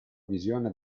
visione